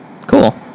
cool